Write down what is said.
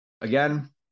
again